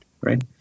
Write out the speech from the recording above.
right